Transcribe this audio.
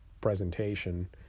presentation